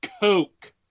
Coke